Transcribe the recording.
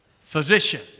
physician